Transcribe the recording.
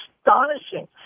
astonishing